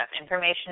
information